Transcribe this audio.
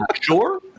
sure